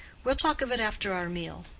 we'll talk of it after our meal.